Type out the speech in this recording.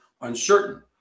uncertain